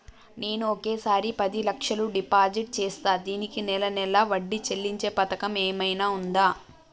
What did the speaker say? నేను ఒకేసారి పది లక్షలు డిపాజిట్ చేస్తా దీనికి నెల నెల వడ్డీ చెల్లించే పథకం ఏమైనుందా?